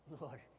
Lord